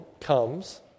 comes